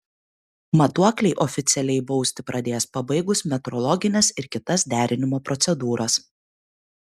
matuokliai oficialiai bausti pradės pabaigus metrologines ir kitas derinimo procedūras